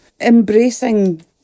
embracing